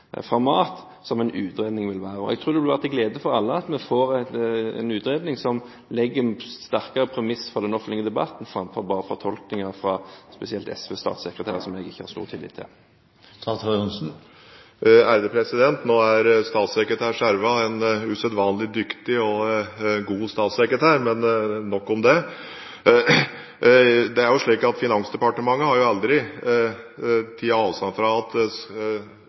som en utredning vil være. Jeg tror det vil være til glede for alle at vi får en utredning som legger en sterkere premiss for den offentlige debatten, framfor bare fortolkninger fra spesielt statssekretæren fra SV, som jeg ikke har stor tillit til. Nå er statssekretær Schjerva en usedvanlig dyktig og god statssekretær, men nok om det. Det er slik at Finansdepartementet aldri har tatt avstand fra at